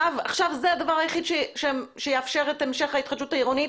זה הדבר היחיד שיאפשר את המשך ההתחדשות העירונית,